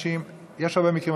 יש הרבה מקרים.